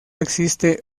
existe